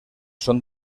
són